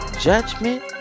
Judgment